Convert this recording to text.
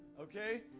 Okay